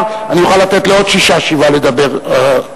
אני אוכל לתת לעוד שישה-שבעה לדבר.